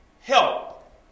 help